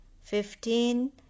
fifteen